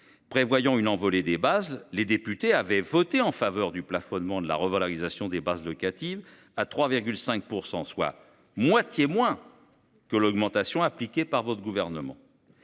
Prévoyant une envolée des bases, les députés avaient voté en faveur du plafonnement de la revalorisation des bases locatives à 3,5 %, soit moitié moins que l’augmentation appliquée par votre gouvernement,